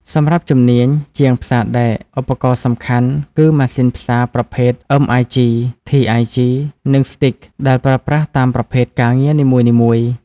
សម្រាប់ជំនាញ ជាងផ្សារដែក ឧបករណ៍សំខាន់គឺ ម៉ាស៊ីនផ្សារប្រភេទ MIG, TIG និង Stick ដែលប្រើប្រាស់តាមប្រភេទការងារនីមួយៗ។